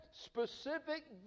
specific